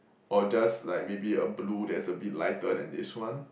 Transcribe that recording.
or just like maybe a blue that's a bit lighter than this one